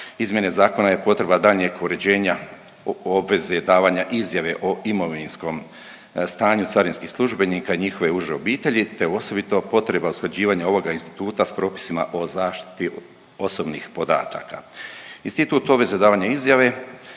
izmjene zakona je potreba daljnjeg uređenja obveze davanja izjave o imovinskom stanju carinskih službenika i njihove uže obitelji te osobito potreba usklađivanja ovoga instituta s propisima o zaštiti osobnih podataka. Institut ove za davanje izjave